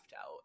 out